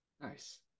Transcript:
nice